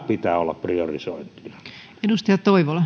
pitää olla priorisointina arvoisa